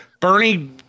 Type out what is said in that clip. Bernie